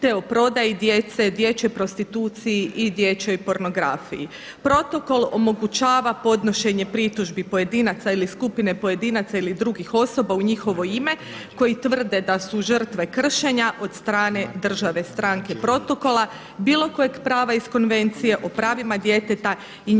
te o prodaji djece, dječjoj prostituciji i dječjoj pornografiji. Protokol omogućava podnošenje pritužbi pojedinaca ili skupine pojedinaca ili drugih osoba u njihovo ime koji tvrde da su žrtve kršenja od strane države stranke protokola bilo kojeg prava iz Konvencije o pravima djeteta i njezina